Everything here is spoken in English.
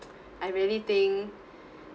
I really think